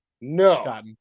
No